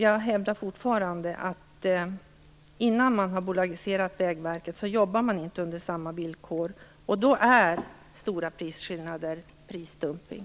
Jag hävdar fortfarande att man inte jobbar under samma villkor innan Vägverket har bolagiserats, och då är stora prisskillnader prisdumpning.